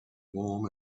warm